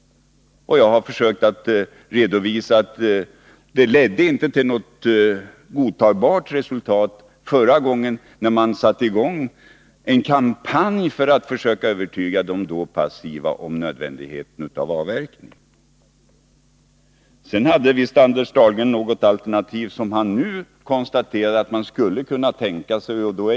Jag har försökt redovisa att det inte ledde till något godtagbart resultat förra gången, när man satte i gång en kampanj för att försöka övertyga de då passiva om nödvändigheten av avverkning. Så hade visst Anders Dahlgren något alternativ som han nu skulle kunna tänka sig.